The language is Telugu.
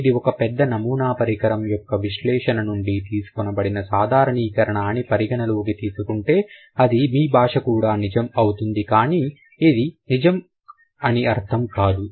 ఇది ఒక పెద్ద నమూనా పరిమాణం యొక్క విశ్లేషణ నుండి తీసుకోబడిన సాధారణీకరణ అని పరిగణలోకి తీసుకుంటే అది మీ భాష కూడా నిజం అవుతుంది కానీ అది నిజం అని అర్థం కాదు